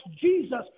Jesus